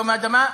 יום האדמה,